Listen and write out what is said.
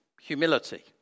humility